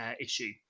issue